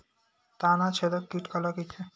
तनाछेदक कीट काला कइथे?